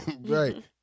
right